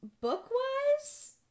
Book-wise